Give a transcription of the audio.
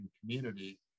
community